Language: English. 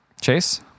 Chase